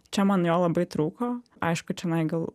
čia man jo labai trūko aišku čionai gal